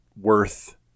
worth